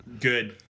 good